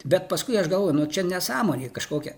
bet paskui aš galvoju nu čia nesąmonė kažkokia